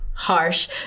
harsh